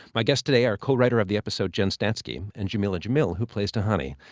my guests today are cowriter of the episode jen statsky and jameela jamil, who plays tahani.